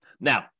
Now